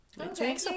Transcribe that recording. Okay